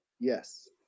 Yes